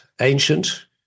ancient